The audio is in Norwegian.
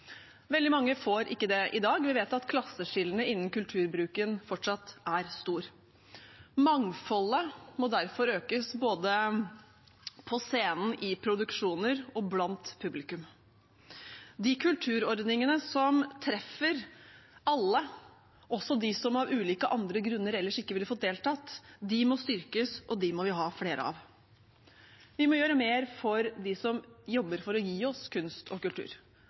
Veldig mange får ikke det i dag. Vi vet at klasseskillene innen kulturbruken fortsatt er stor. Mangfoldet må derfor økes både på scenen, i produksjoner og blant publikum. De kulturordningene som treffer alle, også de som av ulike andre grunner ellers ikke ville fått deltatt, må styrkes, og vi må ha flere av dem. Vi må gjøre mer for dem som jobber for å gi oss kunst og kultur.